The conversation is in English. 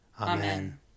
Amen